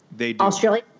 Australia